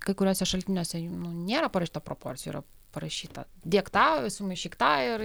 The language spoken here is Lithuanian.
kai kuriuose šaltiniuose nu nėra parašyta proporcijų yra parašyta dėk tą sumaišyk tą ir